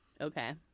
Okay